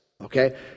okay